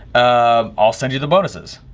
um i'll send you the bonuses.